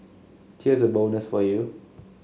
here's a bonus for you